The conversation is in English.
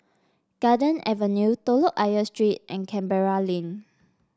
Garden Avenue Telok Ayer Street and Canberra Link